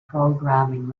programming